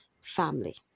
family